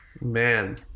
Man